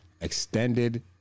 extended